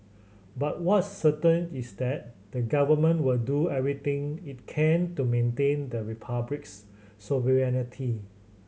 but what's certain is that the government will do everything it can to maintain the Republic's sovereignty